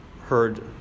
heard